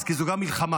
כי גם זו מלחמה,